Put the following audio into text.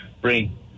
bring